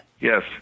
Yes